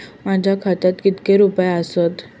माझ्या खात्यात कितके रुपये आसत?